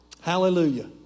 Hallelujah